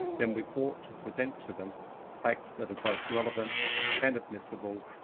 then we ought to present to them facts that are both relevant and admissible,